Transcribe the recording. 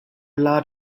lot